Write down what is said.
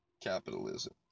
Capitalism